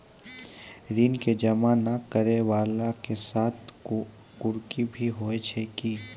ऋण के जमा नै करैय वाला के साथ कुर्की भी होय छै कि?